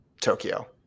Tokyo